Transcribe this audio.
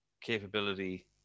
capability